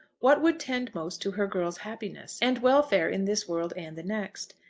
what would tend most to her girl's happiness and welfare in this world and the next?